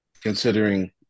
considering